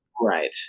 Right